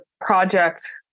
project